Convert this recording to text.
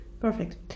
Perfect